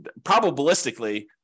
probabilistically